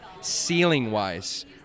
ceiling-wise